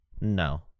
No